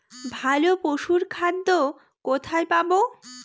ভালো পশুর খাদ্য কোথায় পাবো?